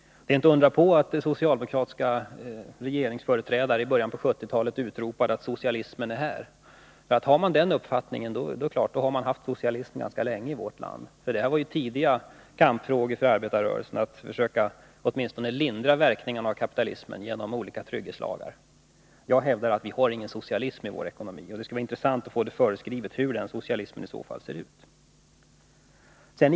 Det är inte att undra på att socialdemokratiska regeringsföreträdare i början av 1970-talet utropade att socialismen är här. Har man den uppfattningen, är det klart att vi haft socialism i vårt land ganska länge. Det var ju tidiga kampfrågor för arbetarrörelsen, att åtminstone försöka lindra verkningarna av kapitalismen genom olika trygghetslagar. Jag hävdar att vi inte har någon socialism i vår ekonomi. Det skulle vara intressant att få beskrivet hur den socialism som vi sägs ha i så fall ser ut.